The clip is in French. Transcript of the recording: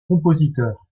compositeurs